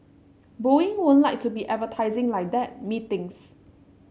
Boeing wouldn't like to be advertising like that methinks